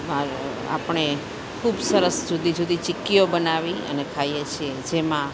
આપણે ખૂબ સરસ જુદી જુદી ચીકીઓ બનાવી અને ખાઈએ છીએ જેમાં